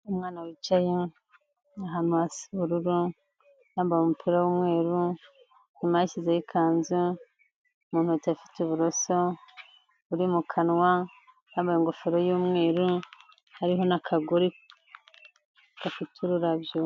Umwana wicaye, ahantu hasa ubururu, yambaye umupira w'umweru, inyuma yashyizeho ikanzu, mu ntoki afite uburoso, buri mu kanwa, yambaye ingofero y'umweru, hariho n'akagori gafite ururabyo.